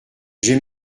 j’ai